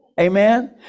Amen